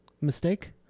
Mistake